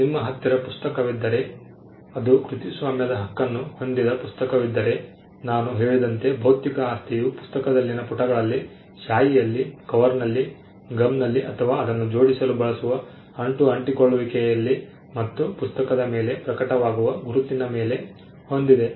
ನಿಮ್ಮ ಹತ್ತಿರ ಪುಸ್ತಕವಿದ್ದರೆ ಅದು ಕೃತಿಸ್ವಾಮ್ಯದ ಹಕ್ಕನ್ನು ಹೊಂದಿದ ಪುಸ್ತಕವಿದ್ದರೆ ನಾನು ಹೇಳಿದಂತೆ ಭೌತಿಕ ಆಸ್ತಿಯು ಪುಸ್ತಕದಲ್ಲಿನ ಪುಟಗಳಲ್ಲಿ ಶಾಯಿಯಲ್ಲಿ ಕವರ್ನಲ್ಲಿ ಗಮ್ನಲ್ಲಿ ಅಥವಾ ಅದನ್ನು ಜೋಡಿಸಲು ಬಳಸುವ ಅಂಟು ಅಂಟಿಕೊಳ್ಳುವಿಕೆಯಲ್ಲಿ ಮತ್ತು ಪುಸ್ತಕದ ಮೇಲೆ ಪ್ರಕಟವಾಗುವ ಗುರುತಿನ ಮೇಲೆ ಹೊಂದಿದೆ